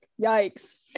yikes